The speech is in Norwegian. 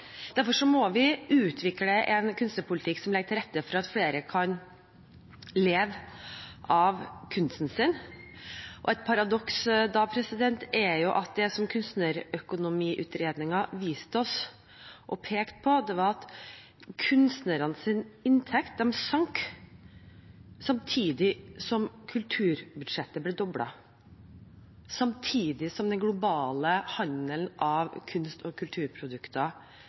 Derfor må vi utvikle en kunstnerpolitikk som legger til rette for at flere kan leve av kunst. Det er da et paradoks at det som kunstnerøkonomiutredningen viste oss og pekte på, var at kunstnernes inntekter sank samtidig som kulturbudsjettet ble doblet og den globale handelen av kunst og kulturprodukter